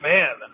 Man